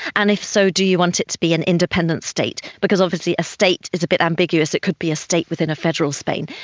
and if so, do you want it to be an independent state? because obviously a state is a bit ambiguous, it could be a state within a federal spain.